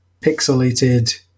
pixelated